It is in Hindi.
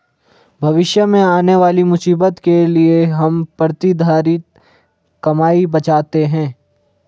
भविष्य में आने वाली मुसीबत के लिए हम प्रतिधरित कमाई बचाते हैं